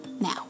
Now